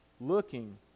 looking